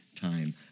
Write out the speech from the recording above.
time